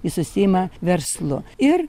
jis užsiima verslu ir